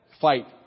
fight